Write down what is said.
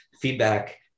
feedback